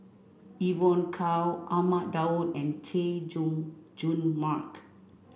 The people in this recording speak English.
Evon Kow Ahmad Daud and Chay Jung Jun Mark